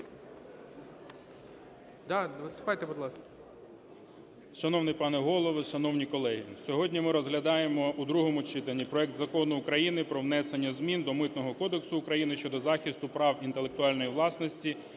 Да, виступайте, будь ласка.